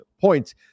points